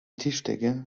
tischdecke